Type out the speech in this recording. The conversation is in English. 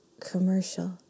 Commercial